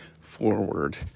forward